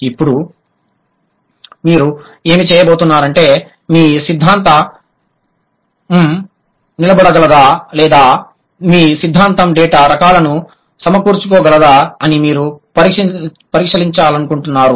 ఇప్పుడు మీరు ఏమి చేయబోతున్నారంటే మీ సిద్ధాంతం నిలబడగలదా లేదా మీ సిద్ధాంతం డేటా రకాలను సమకూర్చుకోగలదా అని మీరు పరీక్షించాలనుకుంటున్నారు